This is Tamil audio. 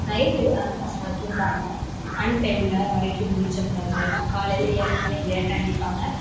நைட் அந்த பசங்க தூங்காமல் அன் டைம்ல வரைக்கும் முழிச்சிருந்ததனால்தான் காலையில ஏர்லி மார்னிங் லேட்டாக எழுந்திருப்பாங்க